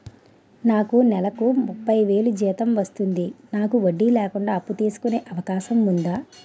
నాకు నేలకు ముప్పై వేలు జీతం వస్తుంది నాకు వడ్డీ లేకుండా అప్పు తీసుకునే అవకాశం ఉందా